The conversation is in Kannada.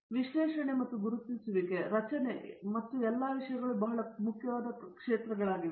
ಆದ್ದರಿಂದ ವಿಶ್ಲೇಷಣೆ ಮತ್ತು ಗುರುತಿಸುವಿಕೆ ಮತ್ತು ಅದರ ರಚನೆ ಮತ್ತು ಎಲ್ಲ ವಿಷಯಗಳು ಬಹಳ ಮುಖ್ಯವಾದ ಪ್ರದೇಶಗಳಾಗಿವೆ